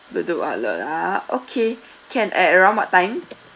bedok outlet ah okay can at around what time